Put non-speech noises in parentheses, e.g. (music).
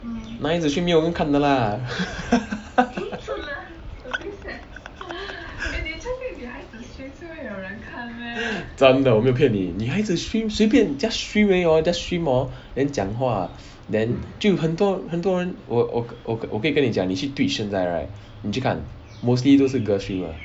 男孩子 streaming 没有人看的 lah (laughs) 真的我没骗你女孩子 stream 随便 just stream 而已 hor just stream hor then 讲话 then 就很多很多人我我我可以跟你讲你去 Twitch 现在 right 你去看 mostly 都是 girls stream 的